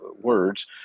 words